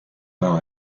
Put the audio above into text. par